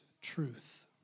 truth